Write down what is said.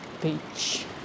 beach